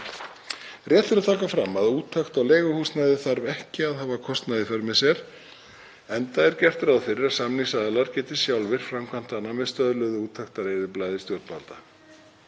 Rétt er að taka fram að úttekt á leiguhúsnæði þarf ekki að hafa kostnað í för með sér, enda er gert ráð fyrir að samningsaðilar geti sjálfir framkvæmt hana með stöðluðu úttektareyðublaði stjórnvalda.